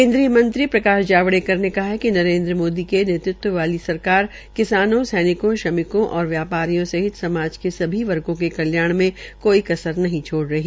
केन्द्रीय मंत्री प्रकाश जावड़ेकर ने कहा है कि नरेन्द्र मोदी के नेतृत्व वाली सरकार किसान सैनिक श्रमिकों और व्यापारियों सहित समाज के सभी वर्गो के कल्याण में कोई कसर नहीं छोड़ रही